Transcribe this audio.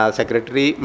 secretary